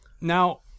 Now